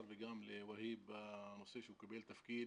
וגם לוהיב בנושא שהוא קיבל תפקיד,